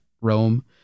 Rome